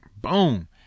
boom